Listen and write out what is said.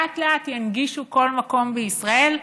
שלאט-לאט ינגישו כל מקום בישראל,